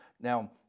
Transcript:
Now